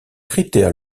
critère